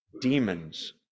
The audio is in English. demons